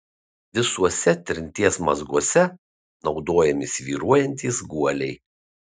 visuose trinties mazguose naudojami svyruojantys guoliai